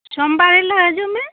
ᱥᱚᱢᱵᱟᱨ ᱦᱤᱞᱳᱜ ᱦᱤᱡᱩᱜ ᱢᱮ